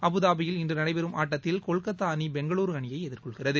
அபுதாபியில் இன்று நடைபெறும் ஆட்டத்தில் கொல்கத்தா அணி பெங்களுர் அணியை எதிர்கொள்கிறது